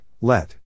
Let